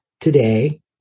today